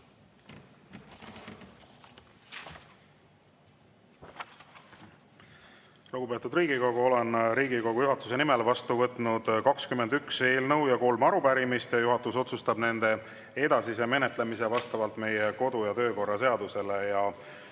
Lugupeetud Riigikogu, olen Riigikogu juhatuse nimel vastu võtnud 21 eelnõu ja kolm arupärimist. Juhatus otsustab nende edasise menetlemise vastavalt meie kodu‑ ja töökorra seadusele.